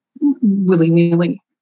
willy-nilly